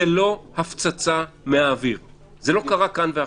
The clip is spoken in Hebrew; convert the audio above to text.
זה לא הפצצה מהאוויר, זה לא קרה כאן ועכשיו.